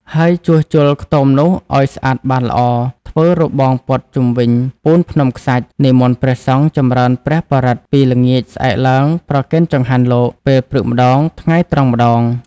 ហើយជួសជុលខ្ទមនោះឲ្យស្អាតបាតល្អ ធ្វើរបងព័ទ្ធជុំវិញ ពូនភ្នំខ្សាច់ និមន្តព្រះសង្ឃចម្រើនព្រះបរិត្តពីល្ងាចស្អែកឡើងប្រគេនចង្ហាន់លោក ពេលព្រឹកម្ដង ថ្ងៃត្រង់ម្ដង ។